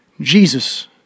Jesus